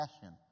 passion